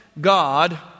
God